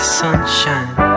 sunshine